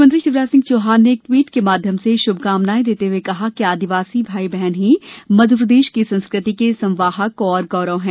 मुख्यमंत्री शिवराज सिंह चौहान ने एक ट्वीट के माध्यम से शुभकामनाएं देते हुए कहा कि आदिवासी भाई बहन ही मध्यप्रदेश की संस्कृति के संवाहक और गौरव हैं